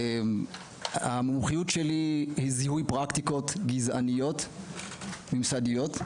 המומחיות שלי היא זיהוי פרטיקות גזעניות ממסדיות.